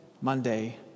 Monday